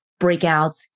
breakouts